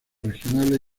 regionales